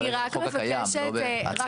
אני רק אבהיר שמדויק בחוק הקיים, לא בהצעות.